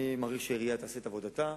אני מדגיש: העירייה תעשה את עבודתה,